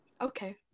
okay